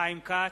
חיים כץ,